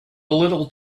little